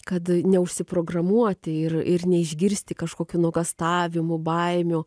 kad ne užsiprogramuoti ir ir neišgirsti kažkokių nuogąstavimų baimių